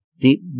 deep